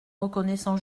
reconnaissant